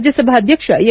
ರಾಜ್ಯಸಭಾ ಅಧ್ಯಕ್ಷ ಎಂ